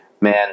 man